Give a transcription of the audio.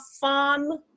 fun